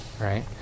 right